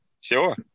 Sure